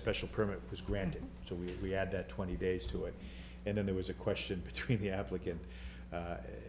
special permit was granted so we we had that twenty days to it and then there was a question between the applicant